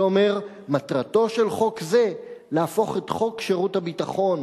שאומר: מטרתו של חוק זה להפוך את חוק שירות הביטחון